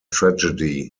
tragedy